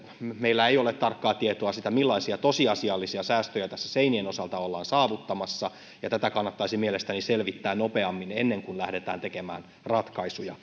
meillä ei ole tarkkaa tietoa siitä millaisia tosiasiallisia säästöjä tässä seinien osalta ollaan saavuttamassa ja tätä kannattaisi mielestäni selvittää nopeammin ennen kuin lähdetään tekemään ratkaisuja